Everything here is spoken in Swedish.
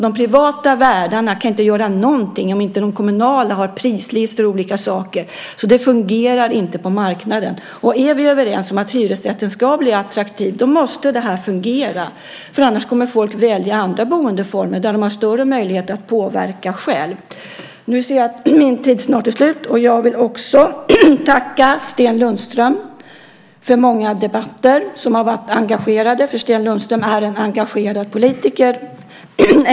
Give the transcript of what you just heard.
De privata värdarna kan inte göra någonting om inte de kommunala har prislistor för olika saker. Det fungerar alltså inte på marknaden. Är vi överens om att hyresrätten ska bli attraktiv så måste det här fungera, för annars kommer folk att välja andra boendeformer där de har större möjlighet att påverka själva. Nu ser jag att min tid snart är slut. Jag vill också tacka Sten Lundström för många debatter som har varit engagerade, för Sten Lundström är en engagerad politiker.